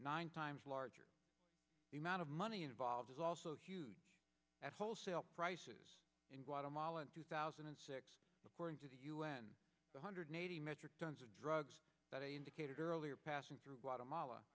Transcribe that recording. nine times larger the amount of money involved is also huge at wholesale prices in guatemala in two thousand and six according to the u n one hundred eighty metric tons of drugs that i indicated earlier passing through